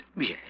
Yes